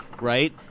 right